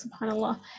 subhanallah